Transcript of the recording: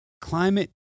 climate